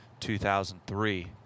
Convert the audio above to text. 2003